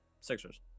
sixers